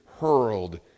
hurled